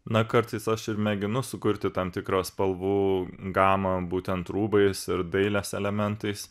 na kartais aš ir mėginu sukurti tam tikros spalvų gamą būtent rūbais ir dailės elementais